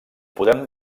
podem